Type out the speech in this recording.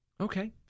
Okay